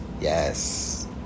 Yes